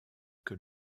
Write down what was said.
que